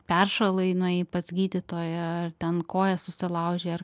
peršalai nuėjai pas gydytoją ar ten koją susilaužei ar